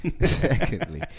Secondly